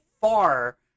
far